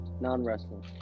Non-wrestling